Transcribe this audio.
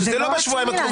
אפשר לשמוע את פורום המרצים?